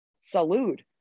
salute